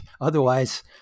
Otherwise